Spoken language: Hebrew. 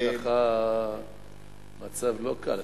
יש לך מצב לא קל,